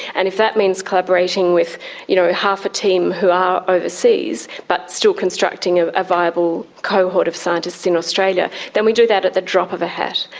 and if that means collaborating with you know half a team who are overseas but still constructing a viable cohort of scientists in australia, then we do that at the drop of a hat.